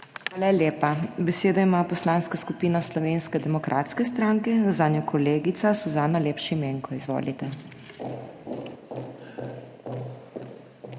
Hvala lepa. Besedo ima Poslanska skupina Slovenske demokratske stranke, zanjo kolegica Suzana Lep Šimenko. Izvolite.